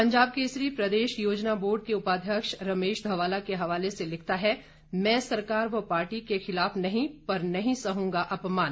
पंजाब केसरी प्रदेश योजना बोर्ड के उपाध्यक्ष रमेश धवाला के हवाले से लिखता है मैं सरकार व पार्टी के खिलाफ नहीं पर नहीं सहंगा अपमान